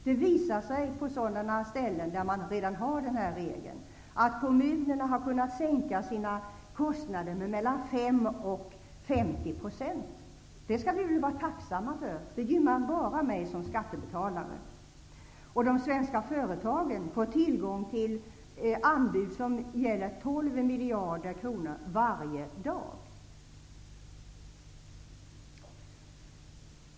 På de håll där man redan har denna regel har det visat sig att kommunerna har kunnat sänka sin kostnader med mellan 5 och 50 %. Det skall vi väl vara tacksamma för -- det gynnar oss som skattebetalare, och de svenska företagen får tillgång till anbud som gäller 12 miljarder kronor varje dag.